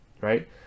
right